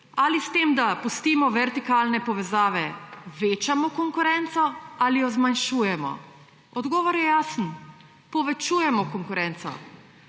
Ali s tem, da pustimo vertikalne povezave, večamo konkurenco ali jo zmanjšujemo? Odgovor je jasen, povečujemo konkurenco.